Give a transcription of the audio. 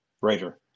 writer